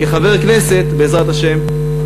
כחבר כנסת, בעזרת השם,